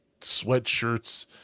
sweatshirts